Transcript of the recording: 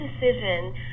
decision